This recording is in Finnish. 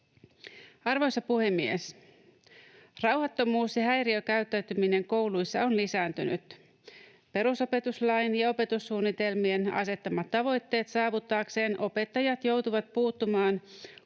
Arvoisa puhemies! Rauhattomuus ja häiriökäyttäytyminen kouluissa ovat lisääntyneet. Perusopetuslain ja opetussuunnitelmien asettamat tavoitteet saavuttaakseen opettajat joutuvat puuttumaan